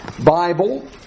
Bible